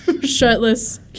shirtless